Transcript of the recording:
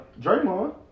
Draymond